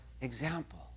example